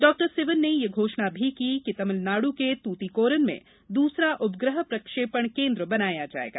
doctor Sivan ने यह घोषणा भी की कि तमिलनाडु के तूतीकोरिन में दूसरा उपग्रह प्रक्षेपण केंद्र बनाया जायेगा